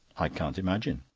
i can't imagine.